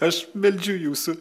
aš meldžiu jūsų